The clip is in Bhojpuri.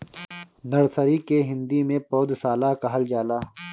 नर्सरी के हिंदी में पौधशाला कहल जाला